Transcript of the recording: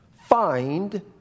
find